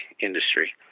industry